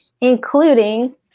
including